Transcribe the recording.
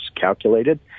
calculated